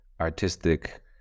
artistic